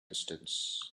distance